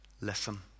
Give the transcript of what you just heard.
listen